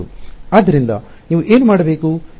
ಆದ್ದರಿಂದ ನೀವು ಏನು ಮಾಡಬೇಕು